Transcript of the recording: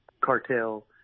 cartel –